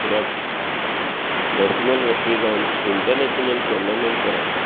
कित्याक national referee जावन international tournament करप